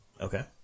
Okay